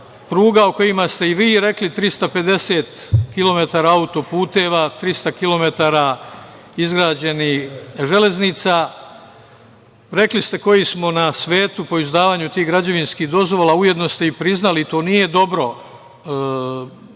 pruga o kojima ste i vi rekli, 350 kilometara autoputeva, 300 kilometara izgrađenih železnica, rekli ste koji smo na svetu po izdavanju tih građevinskih dozvola i ujedno ste priznali. To nije dobro. Možda